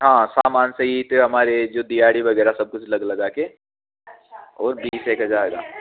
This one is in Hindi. हां सामान सहित फिर हमारे जो दिहाड़ी वगैरह सब कुछ लग लगाके ओर बीस एक हज़ार का